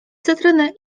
cytryny